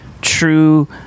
true